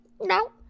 No